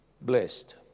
Blessed